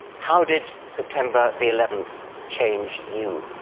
how did september the eleventh change you?